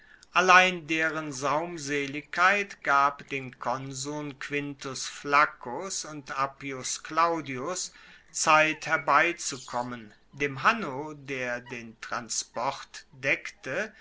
allein deren saumseligkeit gab den konsuln quintus flaccus und appius claudius zeit herbeizukommen dem hanno der den transport deckte